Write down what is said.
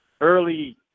early